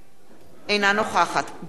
אינה נוכחת דוד רותם,